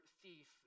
thief